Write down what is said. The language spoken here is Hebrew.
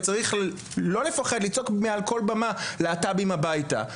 וצריך לא לפחד לצעוק מעל כל במה להט"בים הביתה.